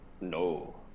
No